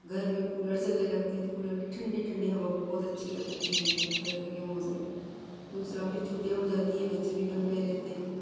घर में कूलर चलने लगते हैं तो कूलर की ठण्डी ठण्डी हवा बहुत अच्छी लगती है गर्मी के मौसम में दूसरा फिर छुट्टियाँ हो जाती हैं बच्चे भी घर पर रहते हैं